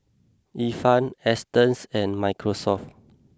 Ifan Astons and Microsoft